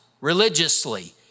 religiously